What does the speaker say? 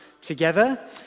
together